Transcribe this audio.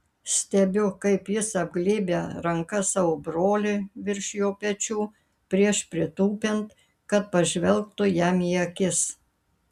stebiu kaip jis apglėbia ranka savo brolį virš jo pečių prieš pritūpiant kad pažvelgtų jam į akis